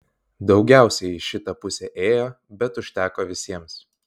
daugiausiai į šitą pusę ėjo bet užteko visiems